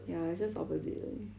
ya just opposite only